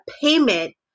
payment